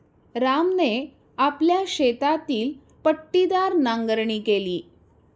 रामने आपल्या शेतातील पट्टीदार नांगरणी केली